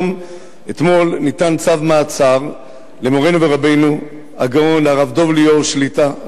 אתמול ניתן צו מעצר למורנו ורבנו הגאון הרב דב ליאור שליט"א,